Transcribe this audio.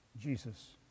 Jesus